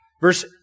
Verse